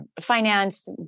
finance